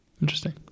Interesting